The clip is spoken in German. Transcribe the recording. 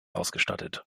ausgestattet